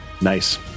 Nice